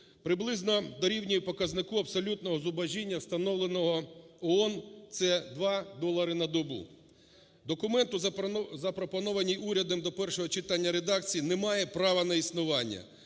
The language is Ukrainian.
приблизно дорівнює показнику абсолютного зубожіння, встановленого ООН, – це 2 долари на добу. Документи, запропоновані урядом до першого читання редакції, не має права на існування.